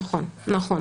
נכון.